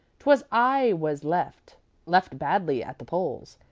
twas i was left left badly at the polls,